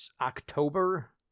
October